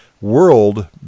world